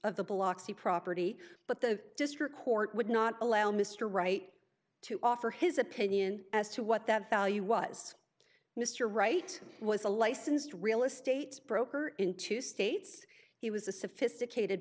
of the biloxi property but the district court would not allow mr wright to offer his opinion as to what that value was mr wright was a licensed real estate broker in two states he was a sophisticated